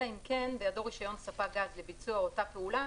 אלא אם כן בידו רישיון ספק גז לביצוע אותה פעולה